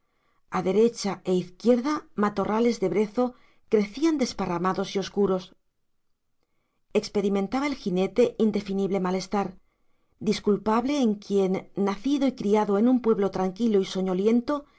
derecha e izquierda matorrales de brezo crecían desparramados y oscuros experimentaba el jinete indefinible malestar disculpable en quien nacido y criado en un pueblo tranquilo y soñoliento